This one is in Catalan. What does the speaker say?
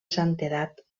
santedat